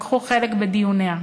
לקחו חלק בדיוניה.